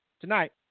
tonight